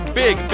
big